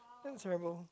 that's terrible